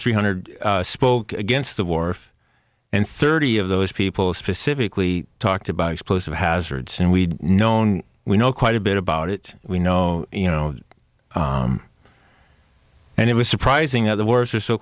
three hundred spoke against the war and thirty of those people specifically talked about explosive hazards and we'd known we know quite a bit about it we know you know and it was surprising at the worse or so